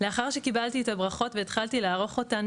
לאחר שקיבלתי את הברכות והתחלתי לערוך אותן